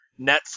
Netflix